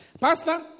Pastor